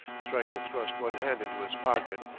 stryker thrust one hand into his pocket,